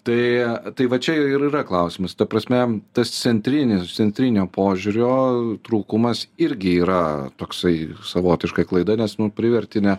tai tai va čia ir yra klausimas ta prasme tas centrinis centrinio požiūrio trūkumas irgi yra toksai savotiška klaida nes nu priverti ne